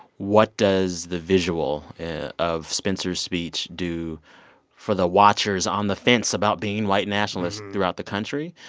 what does the visual of spencer's speech do for the watchers on the fence about being white nationalists throughout the country?